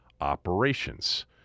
operations